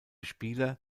spieler